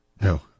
No